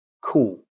cool